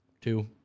two